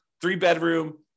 three-bedroom